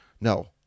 No